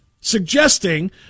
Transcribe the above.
suggesting